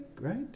right